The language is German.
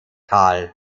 kahl